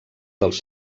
dels